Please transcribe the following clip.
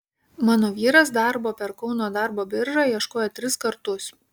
mano vyras darbo per kauno darbo biržą ieškojo tris kartus